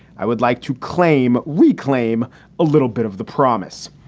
i would like to claim reclaim a little bit of the promise.